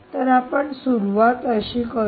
तर आपण सुरुवात कशी करूया